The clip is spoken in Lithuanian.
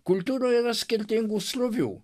kultūroj yra skirtingų srovių